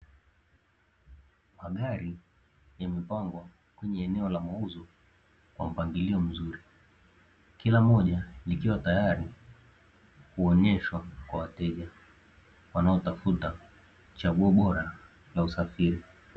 Magari yamepangwa kwenye eneo la mauzo kwa mpangilio mzuri. Kila moja likiwa tayari kuonyeshwa kwa wateja wanaotafuta chaguo bora la usafiri.